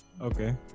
Okay